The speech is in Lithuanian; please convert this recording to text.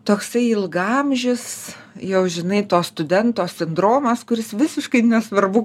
toksai ilgaamžis jau žinai to studento sindromas visiškai nesvarbu